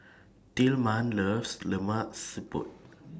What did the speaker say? Tillman loves Lemak Siput